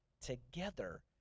together